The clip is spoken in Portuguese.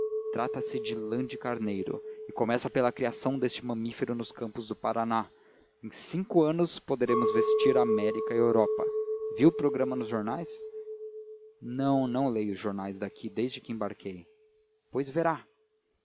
trata-se de lã de carneiro e começa pela criação deste mamífero nos campos do paraná em cinco anos poderemos vestir a américa e a europa viu o programa nos jornais não não leio jornais daqui desde que embarquei pois verá